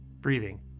breathing